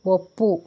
ಒಪ್ಪು